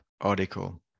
article